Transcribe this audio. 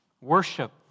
worship